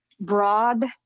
broad